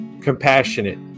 compassionate